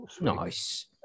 Nice